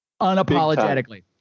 unapologetically